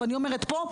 ואני אומרת פה,